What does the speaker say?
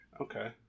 Okay